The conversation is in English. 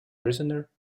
prisoner